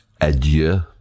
adieu